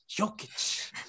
Jokic